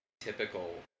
typical